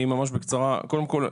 קודם כל,